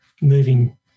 moving